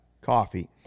Coffee